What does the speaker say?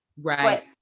Right